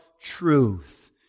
Truth